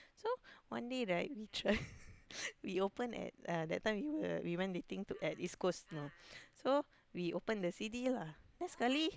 so one day right we try we open at uh that time we were we went dating to at East-Coast you know so we open the C_D lah then sekali